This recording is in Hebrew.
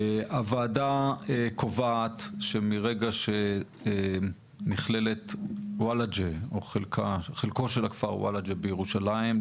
הוועדה קובעת שמרגע שנכללת וולאג'ה או חלקו של הכפר וולאג'ה בירושלים,